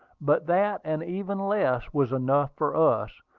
but that, and even less, was enough for us,